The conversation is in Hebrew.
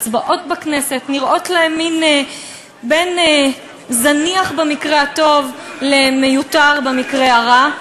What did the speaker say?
ההצבעות בכנסת נראים להם בין זניחים במקרה הטוב למיותרים במקרה הרע.